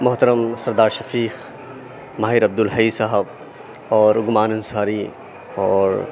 محترم سردار شفیق ماہر عبد الحی صاحب اور گمان انصاری اور